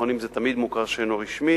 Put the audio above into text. תיכוניים זה תמיד מוכר שאינו רשמי,